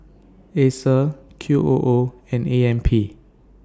Acer Q O O and A M P